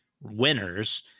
winners